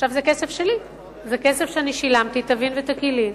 עכשיו, זה כסף שלי, זה כסף ששילמתי טבין ותקילין,